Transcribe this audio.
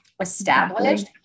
established